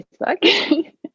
Facebook